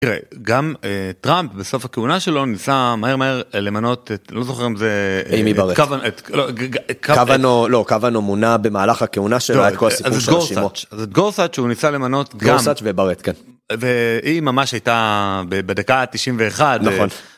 תראה, גם טראמפ בסוף הכהונה שלו ניסה מהר מהר למנות את לא זוכר אם זה קבנו או לא, קבנו מונה במהלך הכהונה שלו. אז את גורסאץ' הוא ניסה למנות גורסאץ' וברט. היא ממש הייתה ב... בדקה ה91.